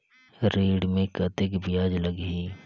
ऋण मे कतेक ब्याज लगही?